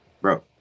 bro